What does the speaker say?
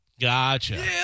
Gotcha